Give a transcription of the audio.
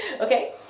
Okay